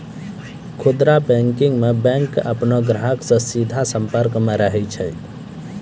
खुदरा बैंकिंग मे बैंक अपनो ग्राहको से सीधा संपर्क मे रहै छै